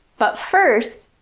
but first,